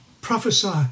prophesy